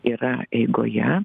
yra eigoje